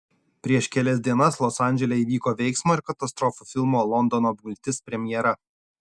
prieš kelias dienas los andžele įvyko veiksmo ir katastrofų filmo londono apgultis premjera